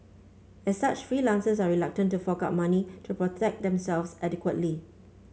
as such freelancers are reluctant to fork out money to protect themselves adequately